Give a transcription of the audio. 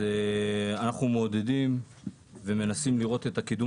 אנחנו מעודדים ומנסים לראות את הקידום